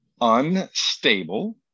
unstable